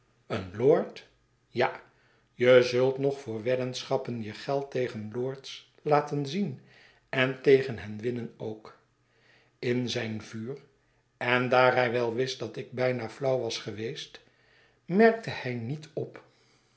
lord ja je zult nog voor weddenschappen je geld tegen lords laten zien en tegen hen winnen ook in zijn vuur en daar hij wel wist dat ik bijna flauw was geweest merkte hij niet op